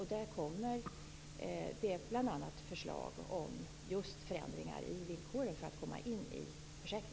I den kommer bl.a. förslag om förändringar i villkoren för att komma in i försäkringen.